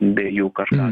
be jų kažką